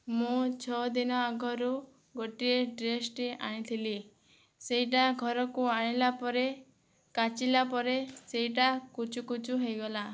ମୁଁ ଛଅ ଦିନ ଆଗରୁ ଗୋଟିଏ ଡ୍ରେସଟିଏ ଆଣିଥିଲି ସେଇଟା ଘରକୁ ଆଣିଲା ପରେ କାଚିଲା ପରେ ସେଇଟା କୁଚୁକୁଚୁ ହେଇଗଲା